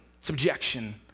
subjection